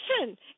listen